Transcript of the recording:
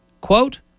Quote